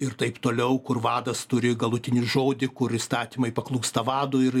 ir taip toliau kur vadas turi galutinį žodį kur įstatymai paklūsta vadui ir